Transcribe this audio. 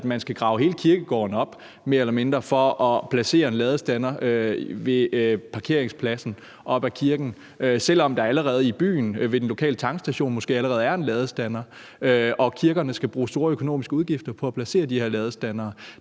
mindre skal grave hele kirkegården op for at placere en ladestander ved parkeringspladsen op ad kirken, selv om der måske i byen ved den lokale tankstation allerede er en ladestander, og at kirkerne skal have store økonomiske udgifter ved at placere de her ladestandere.